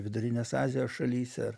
vidurinės azijos šalyse ar